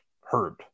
hurt